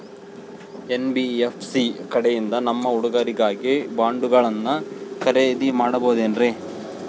NBFC ಕಡೆಯಿಂದ ನಮ್ಮ ಹುಡುಗರಿಗಾಗಿ ಬಾಂಡುಗಳನ್ನ ಖರೇದಿ ಮಾಡಬಹುದೇನ್ರಿ?